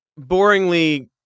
boringly